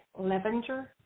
Levenger